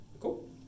Cool